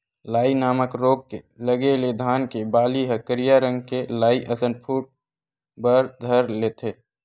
लाई नामक रोग के लगे ले धान के बाली ह करिया रंग के लाई असन फूट बर धर लेथे